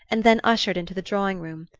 and then ushered into the drawing-room.